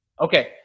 Okay